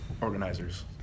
organizers